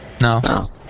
no